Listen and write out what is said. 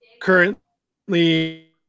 currently